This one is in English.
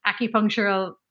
acupunctural